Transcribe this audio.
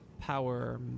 power